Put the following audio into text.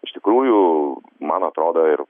iš tikrųjų man atrodo ir